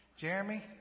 Jeremy